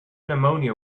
pneumonia